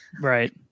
Right